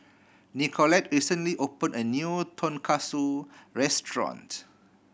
Nicolette recently opened a new Tonkatsu Restaurant